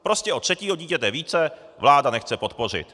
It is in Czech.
Prostě od třetího dítěte více vláda nechce podpořit.